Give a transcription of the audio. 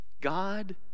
God